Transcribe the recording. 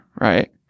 right